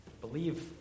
believe